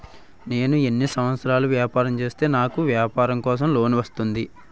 నేను ఎన్ని సంవత్సరాలు వ్యాపారం చేస్తే నాకు వ్యాపారం కోసం లోన్ వస్తుంది?